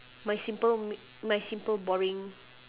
my simple m~ my simple boring